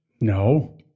No